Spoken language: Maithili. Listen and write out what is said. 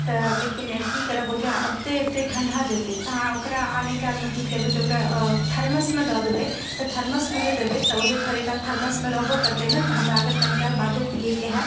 तऽ लेकिन की करब ओ जे अबिते अबिते ठण्डा जेतै तऽ अहाँ ओकरा आनय कालमे जे की करबै जे ओकरा थर्मसमे दऽ देबै तऽ जे थर्मसमे जे देबै ओ थोड़े काल तक थर्मसमे रहबो करतै ने तऽ हमरा अगर कनि काल बादो पियैके हैत